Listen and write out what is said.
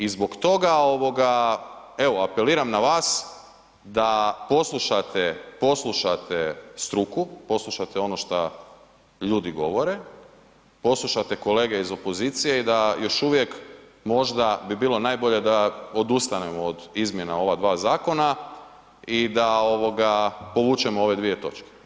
I zbog toga apeliram na vas da poslušate struku, poslušate ono šta ljudi govore, poslušate kolege iz opozicije i da još uvijek možda bi bilo najbolje da odustanemo od izmjena ova dva zakona i da povučemo ove dvije točke.